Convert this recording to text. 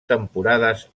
temporades